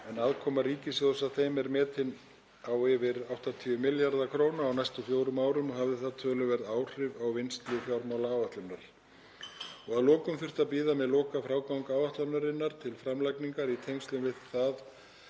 en aðkoma ríkissjóðs að þeim er metin á yfir 80 milljarða kr. á næstu fjórum árum og hafði það töluverð áhrif á vinnslu fjármálaáætlunar. Að lokum þurfti að bíða með lokafrágang áætlunarinnar til framlagningar í tengslum við